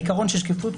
העיקרון של שקיפות,